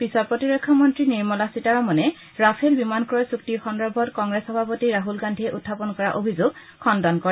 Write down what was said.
পিছত প্ৰতিৰক্ষা মন্ত্ৰী নিৰ্মলা সীতাৰমনে ৰাফেল বিমান ক্ৰয় চুক্তি সন্দৰ্ভত কংগ্ৰেছ সভাপতি ৰাছল গান্ধীয়ে উখাপন কৰা অভিযোগ খণ্ডন কৰে